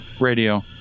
radio